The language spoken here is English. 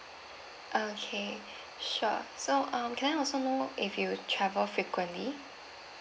okay sure so um can I know so if you travel frequently